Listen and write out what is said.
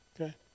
Okay